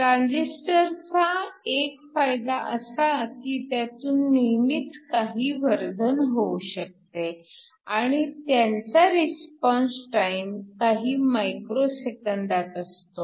ट्रान्सिस्टरचा एक फायदा असा की त्यातून नेहमीच काही वर्धन होऊ शकते आणि त्यांचा रिस्पॉन्स टाइम काही मायक्रो सेकंदात असतो